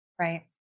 Right